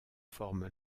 forme